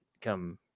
come